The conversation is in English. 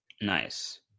Nice